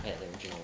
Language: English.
add that drink lor